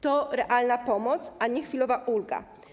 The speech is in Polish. To realna pomoc, a nie chwilowa ulga.